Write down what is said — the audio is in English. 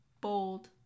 bold